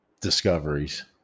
discoveries